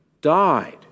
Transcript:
died